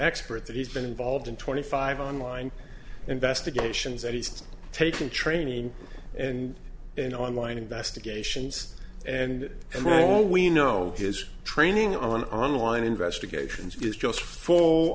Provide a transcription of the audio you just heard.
expert that he's been involved in twenty five online investigations that he's taking training and in online investigations and and all we know is training on online investigations is just full